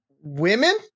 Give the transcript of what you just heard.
women